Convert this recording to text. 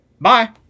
Bye